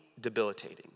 debilitating